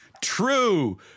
True